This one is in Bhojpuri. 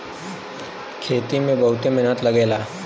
खेती में बहुते मेहनत लगेला